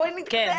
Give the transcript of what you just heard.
בואי נתקדם.